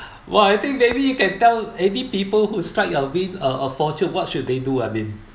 well I think maybe you can tell any people who has strike a win a a fortune what should they do I mean